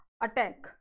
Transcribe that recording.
attack